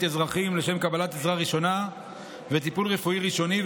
אזרחים לשם קבלת עזרה ראשונה וטיפול רפואי ראשוני,